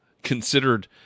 Considered